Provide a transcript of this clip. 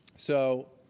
so,